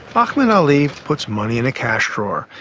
ahmed ali puts money in a cash drawer.